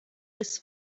this